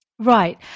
Right